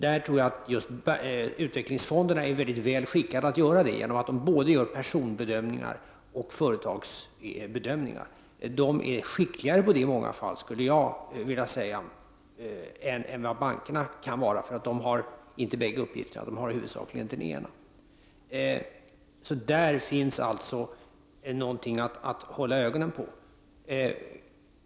Där tror jag att utvecklingsfonderna är väl skickade genom att de gör både personbedömningar och företagsbedömningar. De är skickligare i många fall, skulle jag vilja säga, än bankerna, därför att bankerna inte har att göra båda dessa bedömningar utan i huvudsak den ena. Där finns alltså något att hålla ögonen på.